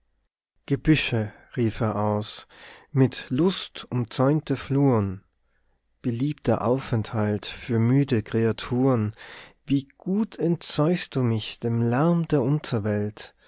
gebüsche rief er aus mit lust umzäunte fluren beliebter aufenthalt für müde creaturen wie gut entzeuchst du mich dem lärm der unterwelt